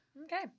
Okay